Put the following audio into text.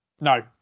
No